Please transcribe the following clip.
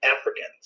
Africans